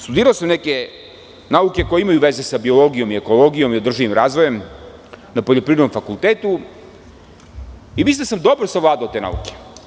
Studirao sam neke nauke koje imaju veze sa biologijom i ekologijom i održivim razvojem na Poljoprivrednom fakultetu i mislio sam da sam dobro savladao te nauke.